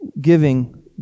giving